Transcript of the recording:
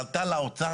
פנתה לאוצר,